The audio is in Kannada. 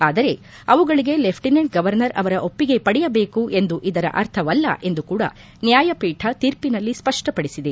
ಆದರೆ ಅವುಗಳಿಗೆ ಲೆಪ್ಟಿನೆಂಟ್ ಗೌವರ್ನರ್ ಅವರ ಒಪ್ಪಿಗೆ ಪಡೆಯಬೇಕು ಎಂದು ಇದರ ಅರ್ಥವಲ್ಲ ಎಂದು ಕೂಡ ನ್ಯಾಯಪೀಠ ತೀರ್ಪಿನಲ್ಲಿ ಸ್ಪಪ್ಪಪಡಿಸಿದೆ